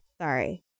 Sorry